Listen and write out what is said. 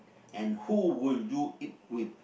and who would you eat with